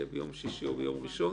שיהיו ביום שישי או ביום ראשון?